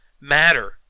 matter